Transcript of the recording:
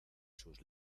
sus